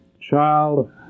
child